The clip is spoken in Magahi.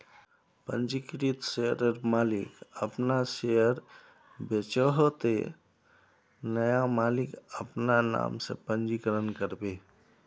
पंजीकृत शेयरर मालिक अपना शेयर बेचोह ते नया मालिक अपना नाम से पंजीकरण करबे